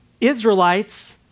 Israelites